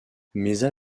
mesa